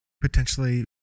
potentially